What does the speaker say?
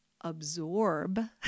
absorb